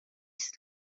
است